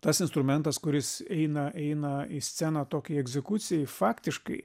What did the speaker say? tas instrumentas kuris eina eina į sceną tokiai egzekucijai faktiškai